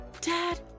Dad